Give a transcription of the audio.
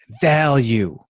value